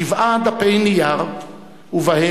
שבעה דפי נייר ובהם,